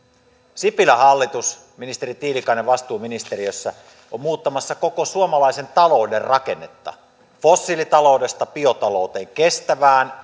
sipilän hallitus ministeri tiilikainen vastuuministeriössä on muuttamassa koko suomalaisen talouden rakennetta fossiilitaloudesta biotalouteen kestävään